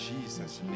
Jesus